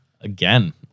again